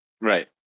Right